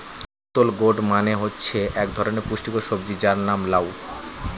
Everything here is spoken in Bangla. বোতল গোর্ড মানে হচ্ছে এক ধরনের পুষ্টিকর সবজি যার নাম লাউ